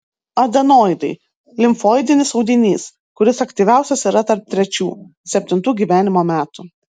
adenoidai limfoidinis audinys kuris aktyviausias yra tarp trečių septintų gyvenimo metų